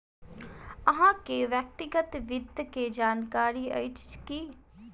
अहाँ के व्यक्तिगत वित्त के जानकारी अइछ की?